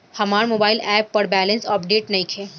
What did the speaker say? हमार mobile app पर balance update नइखे